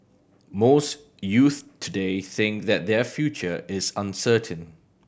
most youths today think that their future is uncertain